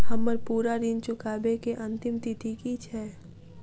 हम्मर पूरा ऋण चुकाबै केँ अंतिम तिथि की छै?